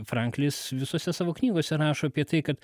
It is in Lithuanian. franklis visose savo knygose rašo apie tai kad